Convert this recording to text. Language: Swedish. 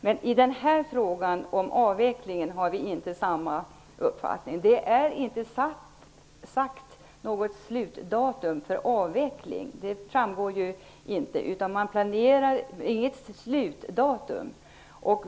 Men i fråga om avvecklingen har vi inte samma uppfattning. Något slutdatum för avveckling är inte utsagt. Det framgår att man inte planerar något slutdatum.